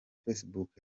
facebook